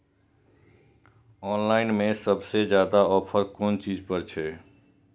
Online में सबसे ज्यादा ऑफर कोन चीज पर छे?